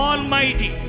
Almighty